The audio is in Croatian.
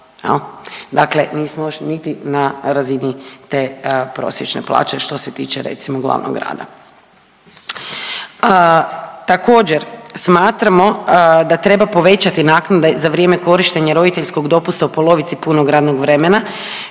Dakle, nismo još niti na razini te prosječne plaće što se tiče recimo glavnog grada. Također, smatramo da treba povećati naknade za vrijeme korištenja roditeljskog dopusta u polovici punog radnog vremena